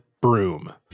broom